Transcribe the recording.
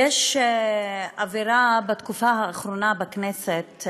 יש אווירה בתקופה האחרונה בכנסת,